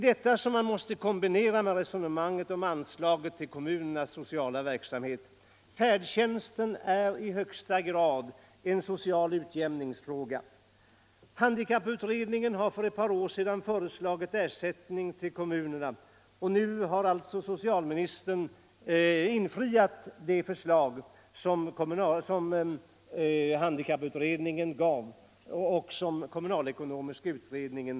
Detta måste också kombineras med resonemanget om anslaget till kommunernas sociala verksamhet. Färdtjänsten är i högsta grad en social utjämningsfråga. Handikapputredningen har för ett par år sedan föreslagit ersättning till kommunerna, och nu har alltså socialministern tillgodosett det av handikapputredningen framlagda förslaget, som behandlades med förtur av kommunalekonomiska utredningen.